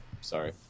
Sorry